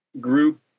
group